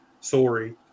Sorry